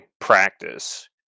practice